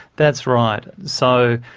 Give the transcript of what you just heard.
that's right. so,